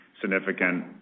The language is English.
significant